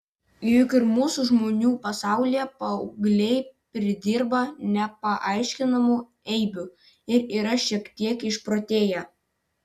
juk ir mūsų žmonių pasaulyje paaugliai pridirba nepaaiškinamų eibių ir yra šiek tiek išprotėję